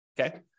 Okay